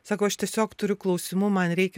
sako aš tiesiog turiu klausimų man reikia